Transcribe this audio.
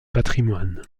patrimoine